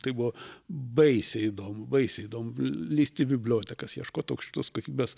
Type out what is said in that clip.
tai buvo baisiai įdomu baisiai įdomu lįst į bibliotekas ieškot aukštos kokybės